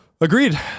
agreed